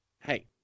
Hey